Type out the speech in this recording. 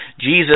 Jesus